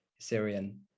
Syrian